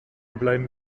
bleiben